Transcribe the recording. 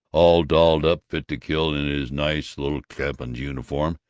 all dolled up fit to kill in his nice lil cap'n's uniform,